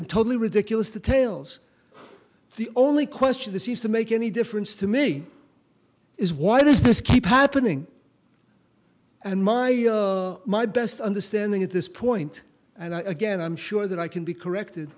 and totally ridiculous details the only question that seems to make any difference to me is why does this keep happening and my my best understanding at this point and again i'm sure that i can be corrected